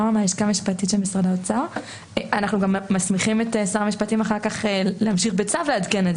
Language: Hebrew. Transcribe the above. אנחנו מסמיכים את שר המשפטים אחר כך להמשיך בצו לעדכן.